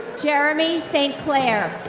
jeremy st. clair.